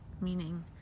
meaning